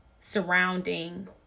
surrounding